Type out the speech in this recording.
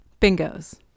Bingos